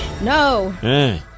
No